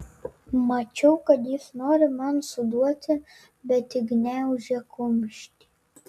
mačiau kad jis nori man suduoti bet tik gniaužė kumštį